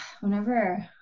Whenever